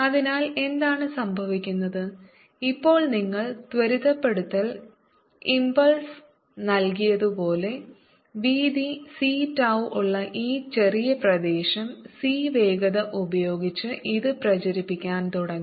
അതിനാൽ എന്താണ് സംഭവിക്കുന്നത് ഇപ്പോൾ ഞങ്ങൾ ത്വരിതപ്പെടുത്തൽ ഇമ്പ്പ്ളസ് നൽകിയതുപോലെ വീതിc tau ഉള്ള ഈ ചെറിയ പ്രദേശം c വേഗത ഉപയോഗിച്ച് ഇത് പ്രചരിപ്പിക്കാൻ തുടങ്ങി